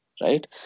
Right